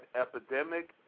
epidemic